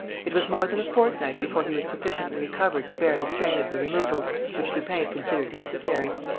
it was more than a fortnight before he was sufficiently recovered to bear the strain of the removal which lupin considered necessary.